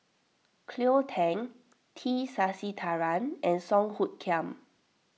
Cleo Thang T Sasitharan and Song Hoot Kiam